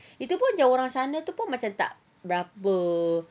itu pun yang orang sana pun macam tak berapa